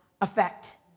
effect